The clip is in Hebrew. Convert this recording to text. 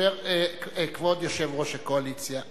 כבוד יושב-ראש הקואליציה,